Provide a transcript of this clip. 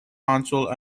consul